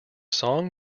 song